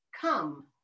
come